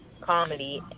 comedy